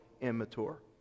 immature